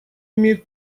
имеет